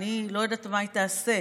ואני לא יודעת מה היא תעשה,